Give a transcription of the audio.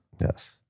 Yes